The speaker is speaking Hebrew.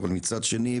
אבל מצד שני,